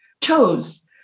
chose